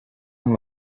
amb